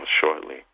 shortly